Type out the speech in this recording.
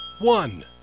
one